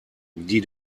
die